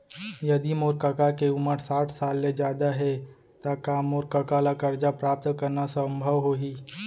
यदि मोर कका के उमर साठ साल ले जादा हे त का मोर कका ला कर्जा प्राप्त करना संभव होही